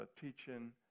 teaching